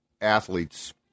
athletes